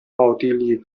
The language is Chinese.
奥地利